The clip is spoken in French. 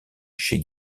chez